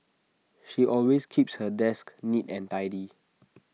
she always keeps her desk neat and tidy